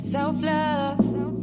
Self-love